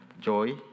joy